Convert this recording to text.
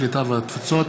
הקליטה והתפוצות